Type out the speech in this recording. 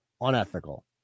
Unethical